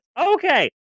Okay